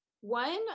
one